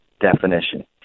definition